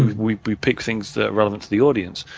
we we pick things that are relative to the audience.